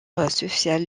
social